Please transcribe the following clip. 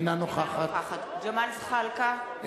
אינה נוכחת ג'מאל זחאלקה,